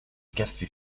café